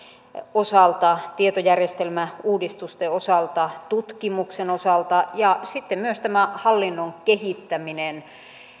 osalta tietojärjestelmäuudistusten osalta tutkimuksen osalta ja sitten myös tämä hallinnon kehittäminen